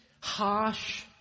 harsh